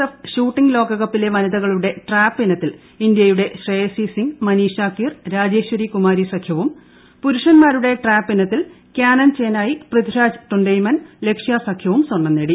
F shooting ലോക്ട്കുപ്പിലെ വനിതകളുടെ trap ഇനത്തിൽ ഇന്ത്യയുടെ ശ്രേയ്ക്സി് സിങ് മനിഷ കീർ രാജേശ്വരി കുമാരി സഖ്യവും പൂരുഷന്മാരുടെ ട്രാപ്പ് ഇനത്തിൽ ക്യാനൻ ചേനായി പൃഥിരാജ് ട്ടൊൻഡെയ്മൻ ലക്ഷ്യ സഖ്യവും സ്വർണം നേടി